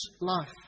life